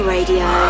Radio